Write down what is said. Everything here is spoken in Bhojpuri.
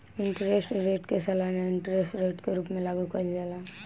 इंटरेस्ट रेट के सालाना इंटरेस्ट रेट के रूप में लागू कईल जाला